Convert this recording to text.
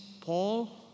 Paul